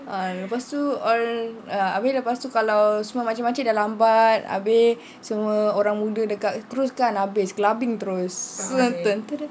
ah lepas tu orang lepas tu kalau makcik makcik semua dah lambat habis semua orang muda dekat terus kan habis clubbing terus